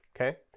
okay